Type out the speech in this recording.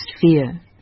fear